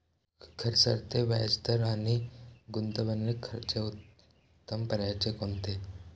घसरते व्याजदर आणि गुंतवणूक याचे उत्तम पर्याय कोणते?